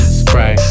spray